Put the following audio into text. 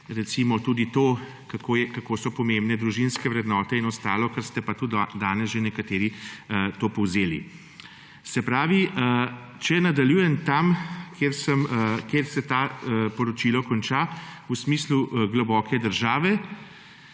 recimo tudi to, kako so pomembne družinske vrednote in ostalo, kar ste pa tudi danes že nekateri to povzeli. SE pravi, če nadaljujem tam, kjer se to poročilo konča, v smislu globoke države,